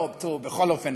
לא, תראו, בכל אופן.